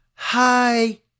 hi